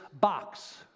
box